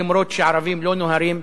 למרות שערבים לא נוהרים,